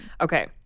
Okay